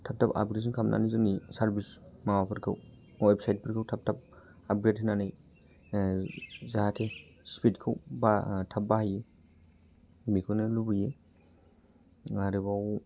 थाब थाब आपग्रेडसन खालामनानै जोंनि सारभिस माबाफोरखौ अवेबसाइटफोरखौ थाब थाब आपग्रेड होनानै जाहाथे स्पिडखौ बा थाब बाहायो बेखौनो लुबैयो आरोबाव